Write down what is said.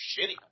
shitty